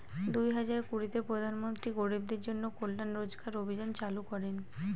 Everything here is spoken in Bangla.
দুই হাজার কুড়িতে প্রধান মন্ত্রী গরিবদের জন্য কল্যান রোজগার অভিযান চালু করেন